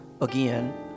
again